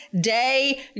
day